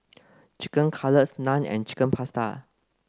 chicken Cutlet Naan and Chicken Pasta